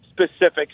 specifics